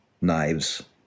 Knives